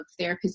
therapists